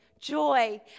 joy